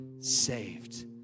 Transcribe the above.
saved